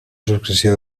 successió